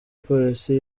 polisi